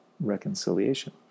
reconciliation